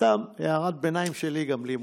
סתם, הערת ביניים שלי, גם לי מותר.